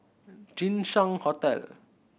Jinshan Hotel